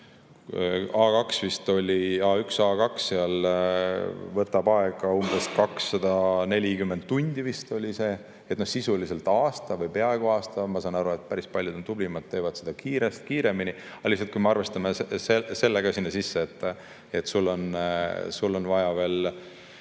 A1 ja A2 võtab aega umbes 240 tundi, sisuliselt aasta või peaaegu aasta. Ma saan aru, et päris paljud on tublimad, teevad seda kiiremini. Aga lihtsalt, kui me arvestame selle ka sinna sisse, et sul on vaja pääseda